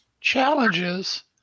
challenges